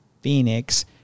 Phoenix